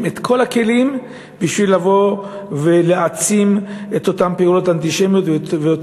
את כל הכלים בשביל להעצים את אותן פעולות אנטישמיות ואת